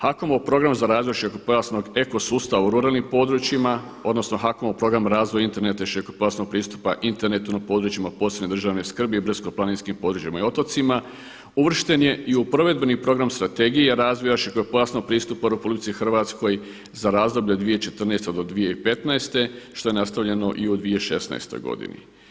HAKOM-ov program za razvoj širokopojasnog ekosustava u ruralnim područjima odnosno HAKOM-ov program razvoja interneta i širokopojasnog pristupa internetu na područjima od posebne državne skrbi i brdsko-planinskim područjima i otocima uvršten je i provedbeni program Strategije razvoja širokopojasnog pristupa u RH za razdoblje od 2014. do 2015. što je nastavljeno i u 2016. godini.